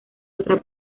otra